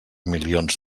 milions